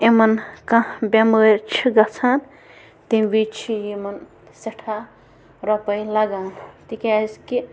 یِمَن کانٛہہ بٮ۪مٲرۍ چھِ گژھان تَمہِ وِزِ چھِ یِمَن سٮ۪ٹھاہ رۄپَے لگان تِکیٛازِ کہِ